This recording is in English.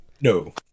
No